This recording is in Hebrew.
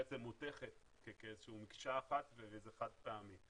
בעצם מותכת כאיזו שהיא מקשה אחת וזה חד פעמי.